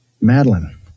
madeline